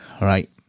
Right